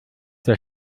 der